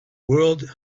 world